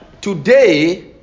today